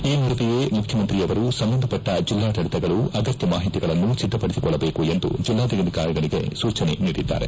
ಈ ನಡುವೆಯೇ ಮುಖ್ಯಮಂತ್ರಿಯವರು ಸಂಬಂಧಪಟ್ಟ ಜಿಲ್ಲಾಡಳಿತಗಳು ಅಗತ್ತ ಮಾಹಿತಿಗಳನ್ನು ಸಿದ್ದಪಡಿಸಿಕೊಳ್ಳಬೇಕೆಂದು ಜೆಲ್ಲಾಧಿಕಾರಿಗಳಿಗೆ ಸೂಚನೆ ನೀಡಿದ್ದಾರೆ